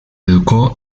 educó